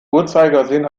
uhrzeigersinn